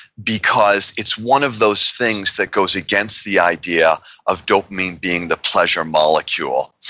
because it's one of those things that goes against the idea of dopamine being the pleasure molecule.